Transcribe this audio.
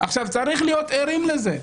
צריך להיות ערים לזה.